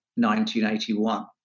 1981